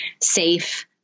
safe